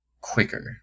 quicker